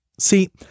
See